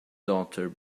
daughter